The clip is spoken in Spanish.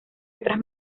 otras